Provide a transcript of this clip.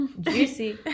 Juicy